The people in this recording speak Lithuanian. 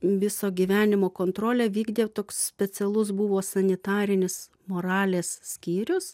viso gyvenimo kontrolę vykdė toks specialus buvo sanitarinis moralės skyrius